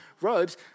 robes